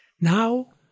Now